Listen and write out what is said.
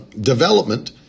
development